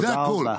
זה הכול.